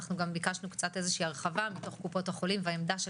גם ביקשנו הרחבה מקופות החולים ועמדתה.